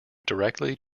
directly